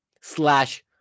slash